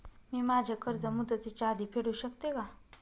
मी माझे कर्ज मुदतीच्या आधी फेडू शकते का?